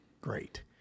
great